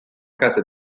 casa